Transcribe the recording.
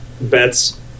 bets